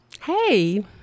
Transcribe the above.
Hey